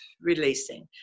releasing